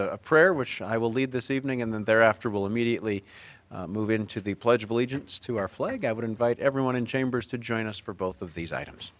a prayer which i will lead this evening and then thereafter will immediately move into the pledge of allegiance to our flag i would invite everyone in chambers to join us for both of these items